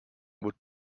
would